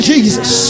Jesus